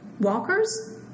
Walkers